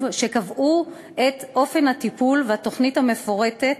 שקבעו את אופן הטיפול והתוכנית המפורטת,